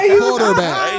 quarterback